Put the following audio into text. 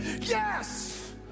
Yes